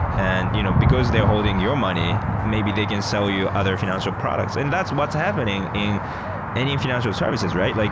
and you know because they're holding your money, maybe they can sell you other fi nancial products, and that's what's happening in any fi nancial services, right? like